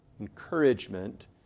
encouragement